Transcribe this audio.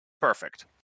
Perfect